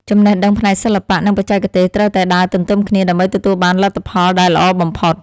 ចំណេះដឹងផ្នែកសិល្បៈ និង បច្ចេកទេសត្រូវតែដើរទន្ទឹមគ្នាដើម្បីទទួលបានលទ្ធផលដែលល្អបំផុត។